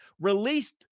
released